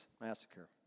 Massacre